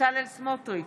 בצלאל סמוטריץ'